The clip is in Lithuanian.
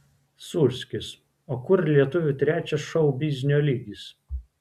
sūrskis o kur lietuvių trečias šou biznio lygis